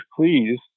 please